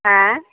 आह